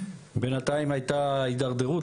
בינתיים הייתה התדרדרות,